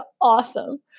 awesome